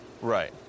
Right